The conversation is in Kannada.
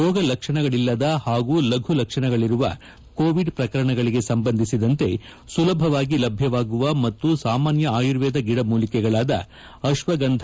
ರೋಗ ಲಕ್ಷಣಗಳಿಲ್ಲದ ಹಾಗೂ ಲಘು ಲಕ್ಷಣಗಳಿರುವ ಕೋವಿಡ್ ಪ್ರಕರಣಗಳಿಗೆ ಸಂಬಂಧಿಸಿದಂತೆ ಸುಲಭವಾಗಿ ಲಭ್ಯವಾಗುವ ಮತ್ತು ಸಾಮಾನ್ಯ ಆಯುರ್ವೇದ ಗಿಡಮೂಲಿಕೆಗಳಾದ ಅಶ್ವಗಂಧ